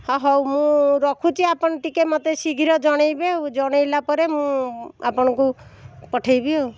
ହଁ ହେଉ ମୁଁ ରଖୁଛି ଆପଣ ଟିକିଏ ମୋତେ ଶୀଘ୍ର ଜଣେଇବେ ଆଉ ଜଣେଇଲା ପରେ ମୁଁ ଆପଣଙ୍କୁ ପଠେଇବି ଆଉ